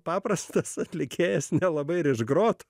paprastas atlikėjas nelabai ir išgroti